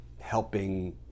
helping